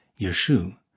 Yeshu